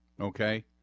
Okay